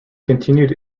continued